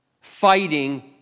fighting